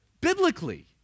biblically